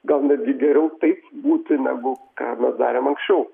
gal netgi geriau taip būti negu ką darėm anksčiau